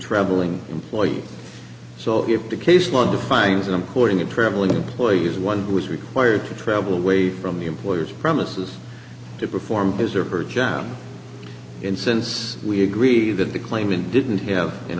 traveling employee so if the case one defines importing a traveling employee is one who is required to travel away from the employer's premises to perform his or her job and since we agree that the claimant didn't have